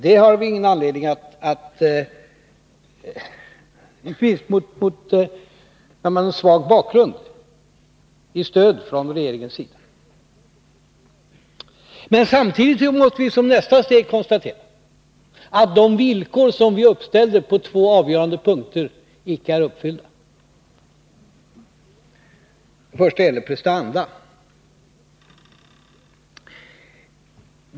Det har vi ingen anledning att anmärka på, inte minst med tanke på att man har en svag bakgrund när det gäller stöd från regeringens sida. Men samtidigt måste vi som nästa steg konstatera att de villkor som vi uppställde på två avgörande punkter icke är uppfyllda. Den första punkten gäller prestanda.